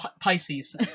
Pisces